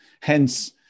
Hence